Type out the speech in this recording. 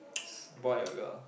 boy or girl